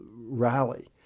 rally